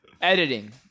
Editing